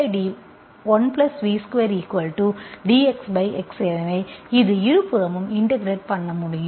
dV1V2dxx எனவே இது இருபுறமும் இன்டெகிரெட் பண்ண முடியும்